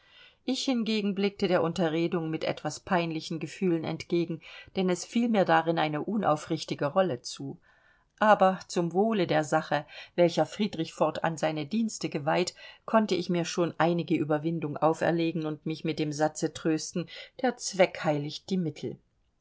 ich hingegen blickte der unterredung mit etwas peinlichen gefühlen entgegen denn es fiel mir darin eine unaufrichtige rolle zu aber zum wohle der sache welcher friedrich fortan seine dienste geweiht konnte ich mir schon einige überwindung auferlegen und mich mit dem satze trösten der zweck heiligt die mittel